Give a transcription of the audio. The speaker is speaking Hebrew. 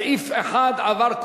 סעיף 1 עבר,